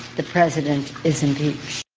the president is impeached.